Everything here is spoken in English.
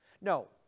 No